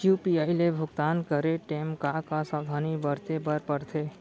UPI ले भुगतान करे टेम का का सावधानी बरते बर परथे